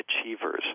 achievers